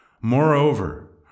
Moreover